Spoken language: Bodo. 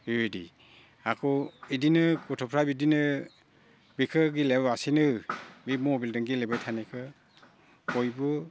बेबायदि हाखौ बिदिनो गथ'फोरा बिदिनो बेखौ गेलेयालासिनो बे मबाइलजों गेलेबाय थानायखौ बयबो